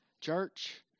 Church